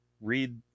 Read